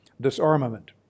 disarmament